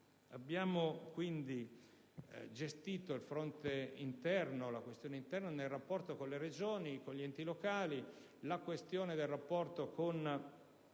Abbiamo quindi gestito la questione interna nel rapporto con le Regioni e gli enti locali. In merito alla questione del rapporto con